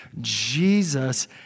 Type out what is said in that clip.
Jesus